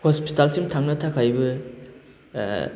हस्पिटालसिम थांनो थाखायबो ओह